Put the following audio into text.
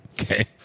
Okay